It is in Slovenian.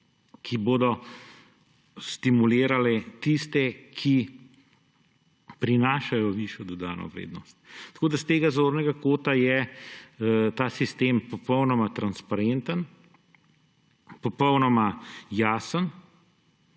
ki bodo stimulirale tiste, ki prinašajo višjo dodano vrednost. Tako je s tega zornega kota ta sistem popolnoma transparenten, popolnoma jasen.